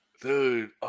Dude